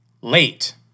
Late